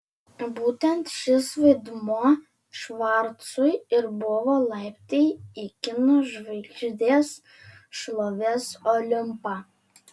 būtent šis vaidmuo švarcui ir buvo laiptai į kino žvaigždės šlovės olimpą